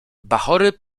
bachory